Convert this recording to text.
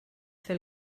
fer